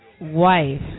wife